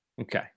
Okay